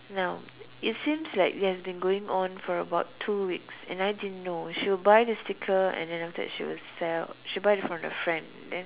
now it seems like it has been going on for about two weeks and I didn't know she'll buy the sticker and then after that she will sell she'll buy it from her friend then